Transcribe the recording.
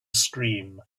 scream